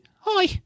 Hi